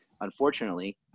unfortunately